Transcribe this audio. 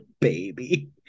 baby